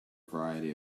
variety